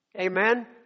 Amen